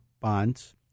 bonds